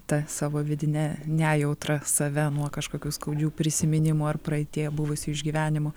ta savo vidine nejautra save nuo kažkokių skaudžių prisiminimų ar praeityje buvusių išgyvenimų